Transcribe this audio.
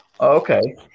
Okay